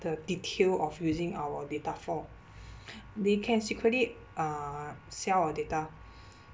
the detail of using our data for they can secretly uh sell our data